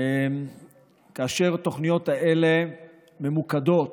והתוכניות האלה ממוקדות